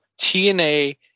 TNA